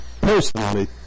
personally